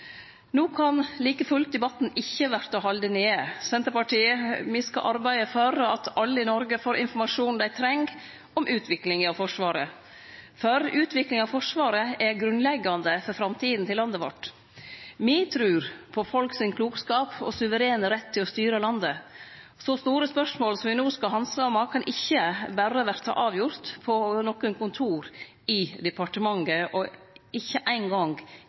No kan like fullt debatten ikkje verte halden nede. Me i Senterpartiet skal arbeide for at alle i Noreg får informasjon dei treng om utviklinga av Forsvaret, for utviklinga av Forsvaret er grunnleggjande for framtida til landet vårt. Me trur på folk sin klokskap og suverene rett til å styre landet. Så store spørsmål som me no skal handsame, kan ikkje berre verte avgjorde på nokre kontor i departementet – ikkje